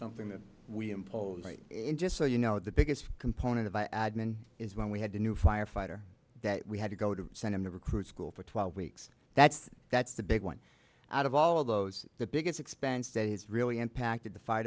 something that we impose late in just so you know the biggest component of the admin is when we had a new firefighter that we had to go to send him to recruit school for twelve weeks that's that's the big one out of all of those the biggest expense that has really impacted the fire